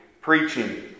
preaching